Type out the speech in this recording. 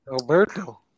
Alberto